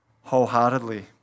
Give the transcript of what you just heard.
wholeheartedly